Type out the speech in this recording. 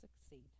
succeed